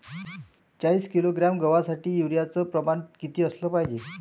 चाळीस किलोग्रॅम गवासाठी यूरिया च प्रमान किती असलं पायजे?